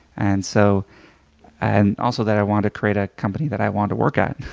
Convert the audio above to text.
and so and also that i wanted to create a company that i wanted to work at.